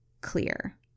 clear